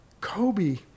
Kobe